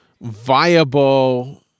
viable